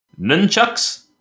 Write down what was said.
Nunchucks